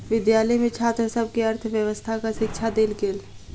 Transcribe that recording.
विद्यालय में छात्र सभ के अर्थव्यवस्थाक शिक्षा देल गेल